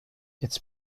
its